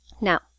Now